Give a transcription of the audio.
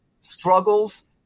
struggles